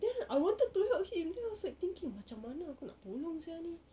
then I wanted to help him then I was like thinking macam mana kau nak tolong sia ni